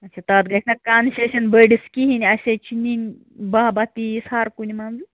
اَچھا تَتھ گژھِ نا کَنسیشن بٔڈِس کِہیٖنٛۍ اَسہِ ہے چھِ نِنۍ باہ باہ پیٖس ہر کُنہِ منٛزٕ